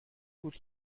بود